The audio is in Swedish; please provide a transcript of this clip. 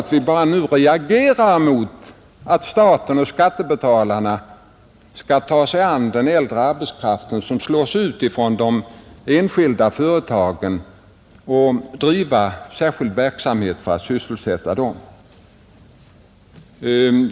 Vi reagerar mot att staten och skattebetalarna skall ta sig an den äldre arbetskraften som slås ut från de enskilda företagen och driva särskild verksamhet för att sysselsätta dem.